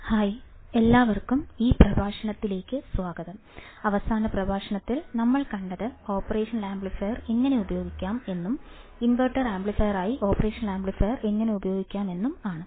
hi എല്ലാവർക്കും ഈ പ്രഭാഷണത്തിൽ ലേക്ക് സ്വാഗതം അവസാന പ്രഭാഷണത്തിൽ നമ്മൾ കണ്ടത് ഓപ്പറേഷണൽ ആംപ്ലിഫയർ എങ്ങനെ ഉപയോഗിക്കാം എന്നും ഇൻവർട്ടിംഗ് ആംപ്ലിഫയർ ആയി ഓപ്പറേഷണൽ ആംപ്ലിഫയർ എങ്ങനെ ഉപയോഗിക്കാം എന്നും ആണ്